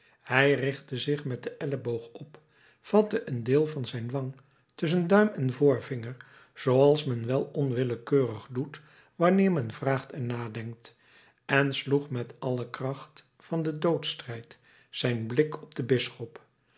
hij richtte zich met den elleboog op vatte een deel van zijn wang tusschen duim en voorvinger zooals men wel onwillekeurig doet wanneer men vraagt en nadenkt en sloeg met al de kracht van den doodsstrijd zijn blik op den bisschop